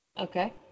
Okay